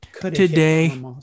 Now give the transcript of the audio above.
today